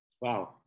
wow